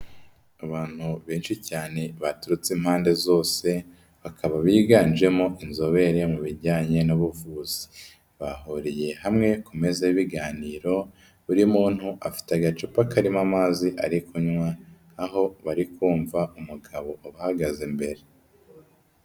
Abantu benshi cyane baturutse impande zose, bakaba biganjemo inzobere mu bijyanye n'ubuvuzi, bahuriye hamwe ku meza y'ibiganiro, buri muntu afite agacupa karimo amazi ari kunywa aho bari kumva umugabo uhagaze imbere.